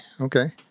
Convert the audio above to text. Okay